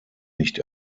nicht